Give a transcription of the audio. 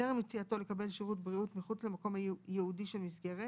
טרם יציאתו לקבל שירות בריאות מחוץ למקום ייעודי של מסגרת,